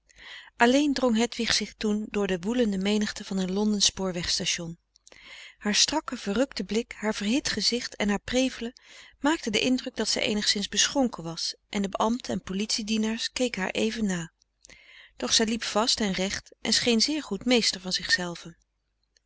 alleen drong hedwig zich toen door de woelende menigte van een londensch spoorwegstation haar strakke verrukte blik haar verhit gezicht en haar prevelen maakten den indruk dat zij eenigszins beschonken was en de beambten en politiedienaars keken haar even na doch zij liep vast en recht en scheen zeer goed meester van zichzelve